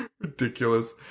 Ridiculous